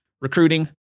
recruiting